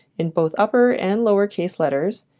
in both upper and lower case letters,